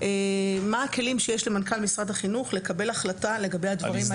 מה הכלים שיש למנכ"ל משרד החינוך לקבל החלטה לגבי הדברים האלה.